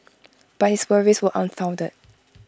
but his worries were unfounded